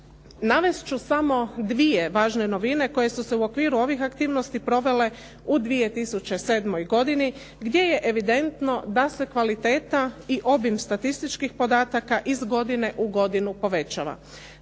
Navest ću samo dvije važne novine koje su se u okviru ovih aktivnosti provele u 2007. godini gdje je evidentno da se kvaliteta i obim statističkih podataka iz godine u godinu povećava.